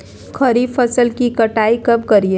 खरीफ फसल की कटाई कब करिये?